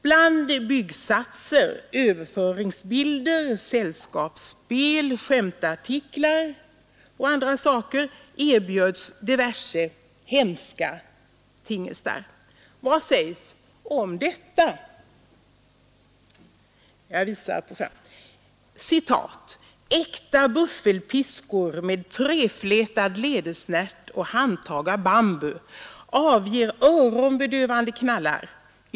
Bland byggsatser, överföringsbilder, sällskapsspel, skämtartiklar och andra saker erbjöds diverse hemska ting. Vad sägs om detta: ”Äkta buffelpiskor med treflätad lädersnärt och handtag av bambu. Avger öronbedövande knallar.